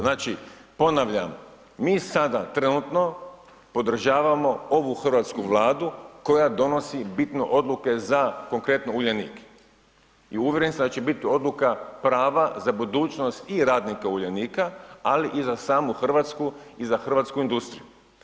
Znači ponavljam, mi sada trenutno podržavamo ovu hrvatsku Vladu koja donosi bitno odluke za konkretno Uljanik i uvjeren sam da će biti odluka prava za budućnost i radnika Uljanika ali i za samu Hrvatsku i za hrvatsku industriju.